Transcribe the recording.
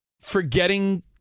Forgetting